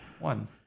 One